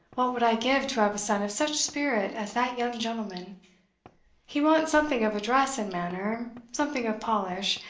what would i give to have a son of such spirit as that young gentleman he wants something of address and manner, something of polish,